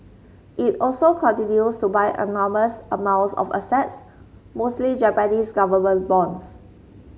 it also continues to buy enormous amounts of assets mostly Japanese government bonds